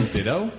Ditto